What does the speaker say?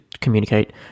communicate